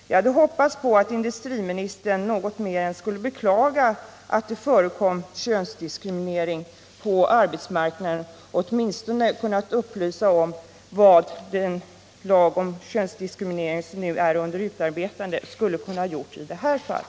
Jag hade hoppats att industriministern något mer skulle beklaga att könsdiskriminering förekommer på arbetsmarknaden och att han åtminstone något skulle upplysa om vilken effekt den lag om könsdiskrimnering som nu är under utarbetande kunde ha haft i detta fall.